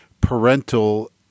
parental